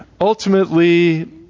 ultimately